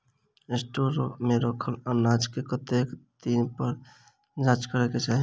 Store मे रखल अनाज केँ कतेक दिन पर जाँच करै केँ चाहि?